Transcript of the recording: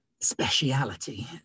Speciality